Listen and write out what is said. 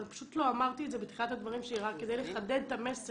אבל פשוט לא אמרתי את זה בתחילת הדברים שלי רק כדי לחדד את המסר.